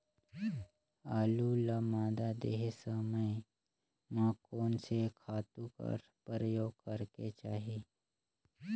आलू ल मादा देहे समय म कोन से खातु कर प्रयोग करेके चाही?